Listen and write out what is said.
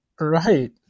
Right